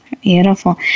Beautiful